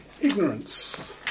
ignorance